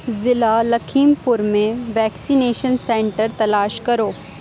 ضلع لکھیم پور میں vaccination centre تلاش کرو